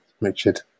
Richard